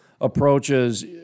approaches